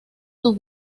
sus